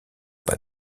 pas